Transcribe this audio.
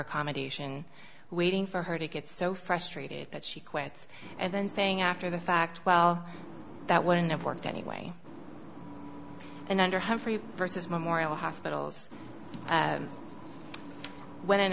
accommodation waiting for her to get so frustrated that she quits and then saying after the fact well that wouldn't have worked anyway and under humfrey versus memorial hospitals when an